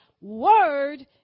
word